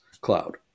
cloud